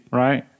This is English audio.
right